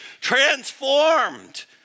transformed